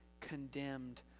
condemned